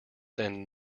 than